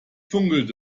funkelte